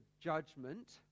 judgment